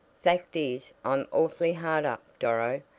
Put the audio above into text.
fact is, i'm awfully hard up, doro,